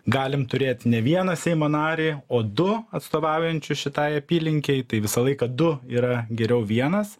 galim turėt ne vieną seimo narį o du atstovaujančius šitai apylinkei tai visą laiką du yra geriau vienas